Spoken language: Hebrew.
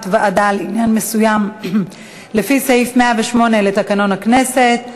ועדה לעניין מסוים לפי סעיף 108 לתקנון הכנסת.